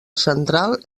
central